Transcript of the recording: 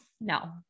no